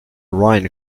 rhine